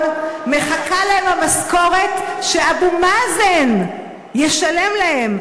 מחכה להם המשכורת שאבו מאזן ישלם להם,